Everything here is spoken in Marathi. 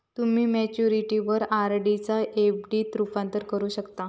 तुम्ही मॅच्युरिटीवर आर.डी चा एफ.डी त रूपांतर करू शकता